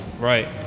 Right